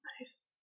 Nice